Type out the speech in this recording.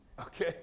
Okay